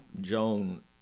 Joan